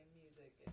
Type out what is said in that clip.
music